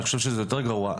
אני חושב שזה יותר גרוע,